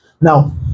Now